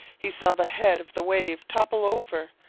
he saw the head of the wave topple over,